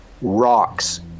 rocks